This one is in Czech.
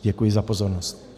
Děkuji za pozornost.